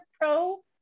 pro